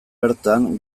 bertan